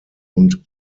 und